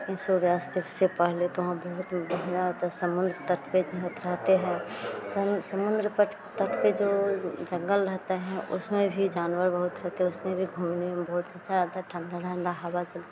लेकिन सूर्यास्त से पहले तो वहाँ बहुत बढ़ियाँ होता समुन्द्र तट पर बहुत रहते हैं सम समुन्द्र पट तट पर जो जंगल रहते हैं उसमें भी जानवर बहुत रहते हैं उसमें भी घूमने में बहुत अच्छा रहता ठण्डी ठण्डी हवा चलती